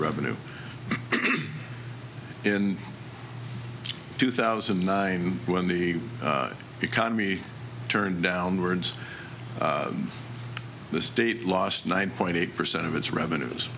revenue in two thousand and nine when the economy turned downwards and the state lost nine point eight percent of its revenues